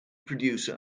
producer